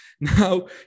Now